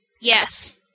Yes